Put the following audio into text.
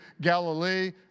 Galilee